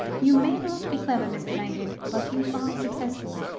you may not be clever, mr mangan but you are successful.